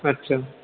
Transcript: अच्छा